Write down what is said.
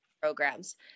programs